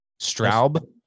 Straub